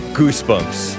Goosebumps